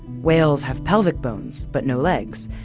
whales have pelvic bones, but no legs.